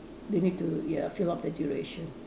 they need to ya fill up the duration